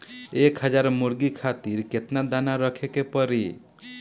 एक हज़ार मुर्गी खातिर केतना दाना रखे के पड़ी?